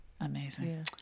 amazing